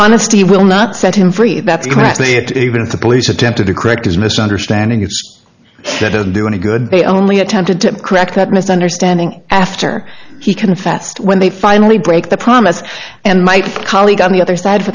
honesty will not set him free that's exactly it even if the police attempted to correct his misunderstanding of it and do any good they only attempted to correct that misunderstanding after he confessed when they finally break the promise and my colleague on the other side